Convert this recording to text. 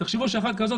תחשבו שאחת כזאת,